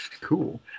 Cool